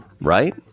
right